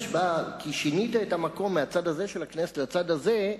אבל כשסערת הנפש באה כי שינית את המקום מהצד הזה של הכנסת לצד הזה,